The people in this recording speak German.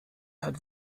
hat